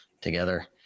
together